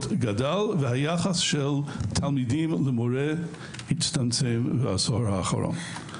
גדל והיחס של תלמידים למורה הצטמצם בעשור האחרון.